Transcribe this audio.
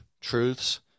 truths